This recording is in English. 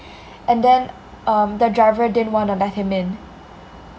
and then um the driver didn't want to let him in